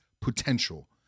potential